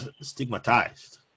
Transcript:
stigmatized